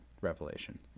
revelation